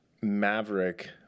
Maverick